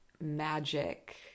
magic